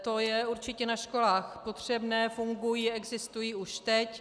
To je určitě na školách potřebné, fungují, existují už teď.